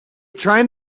trying